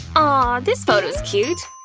ah this photo's cute.